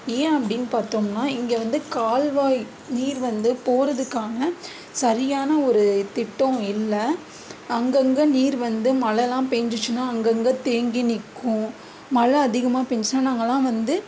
ஏன் அப்படின்னு பார்த்தோம்னா இங்கே வந்து கால்வாய் நீர் வந்து போறதுக்கான சரியான ஒரு திட்டம் இல்லை அங்கங்கே நீர் வந்து மழைலாம் பேஞ்சுச்சுனா அங்கங்கே தேங்கி நிற்கும் மழை அதிகமாக பேஞ்சுச்சுனா நாங்களாம் வந்து